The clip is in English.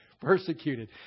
persecuted